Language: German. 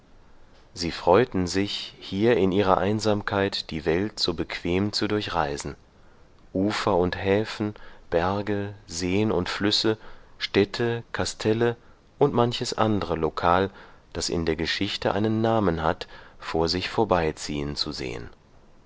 sie freuten sich hier in ihrer einsamkeit die welt so bequem zu durchreisen ufer und häfen berge seen und flüsse städte kastelle und manches andre lokal das in der geschichte einen namen hat vor sich vorbeiziehen zu sehen